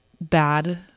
bad